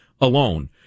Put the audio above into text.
alone